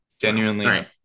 Genuinely